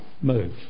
move